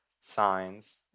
signs